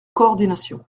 coordination